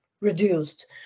reduced